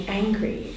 angry